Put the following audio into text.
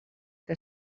que